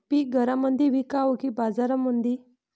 पीक घरामंदी विकावं की बाजारामंदी?